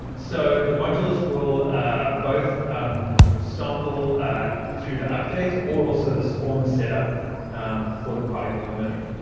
ah so the modules will both sample through the update or also the spawn set up for the particle emitter.